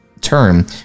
term